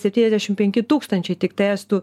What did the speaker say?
septynisdešim penki tūkstančiai tiktai estų